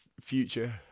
future